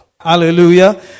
hallelujah